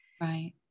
Right